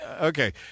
Okay